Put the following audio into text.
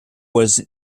was